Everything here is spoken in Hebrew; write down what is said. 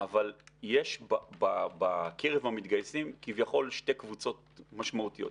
אבל יש בקרב המתגייסים כביכול שתי קבוצות משמעותיות.